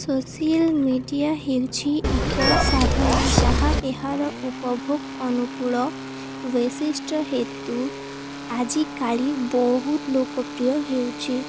social media ହେଉଛି ଏକ ସାଧନ ଯାହା ଏହାର ଉପଭୋଗ ଅନୁକୂଳ ବୈଶିଷ୍ଟ୍ୟ ହେତୁ ଆଜିକାଲି ବହୁତ ଲୋକପ୍ରିୟ ହେଉଛି